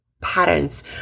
patterns